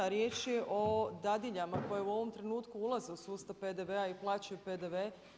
Riječ je o dadiljama koje u ovom trenutku ulaze u sustav PDV-a i plaćaju PDV.